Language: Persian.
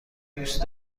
دوست